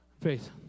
faith